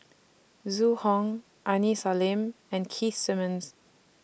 Zhu Hong Aini Salim and Keith Simmons